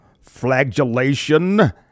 flagellation